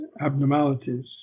abnormalities